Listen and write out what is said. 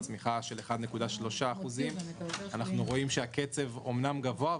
צמיחה של 1.3%; אנחנו רואים שהקצב אמנם גבוה,